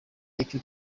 icyo